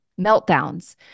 meltdowns